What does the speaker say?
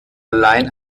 allein